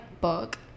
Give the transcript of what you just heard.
Book